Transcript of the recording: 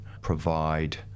provide